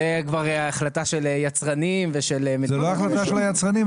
זו כבר החלטה של יצרנים ושל מדינות --- זה לא החלטה של היצרנים,